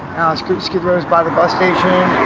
skid skid row is by the bus station,